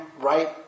right